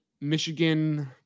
Michigan